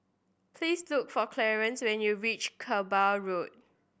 please look for Clarance when you reach Kerbau Road